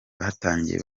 batangiye